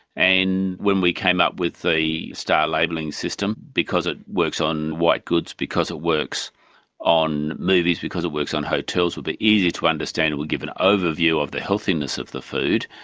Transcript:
and when we came up with the star labelling system, because it works on white goods, because it works on movies, because it works on hotels, it would be easy to understand, it would give an overview of the healthiness of the food,